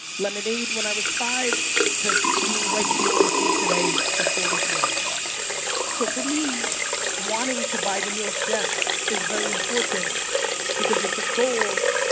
lemonade when i was five to being right here with you today at forty three so for me wanting to buy the new york jets is very important because it's a goal